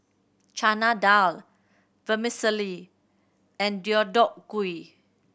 Chana Dal Vermicelli and Deodeok Gui